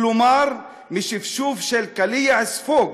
כלומר, משפשוף של קליע ספוג,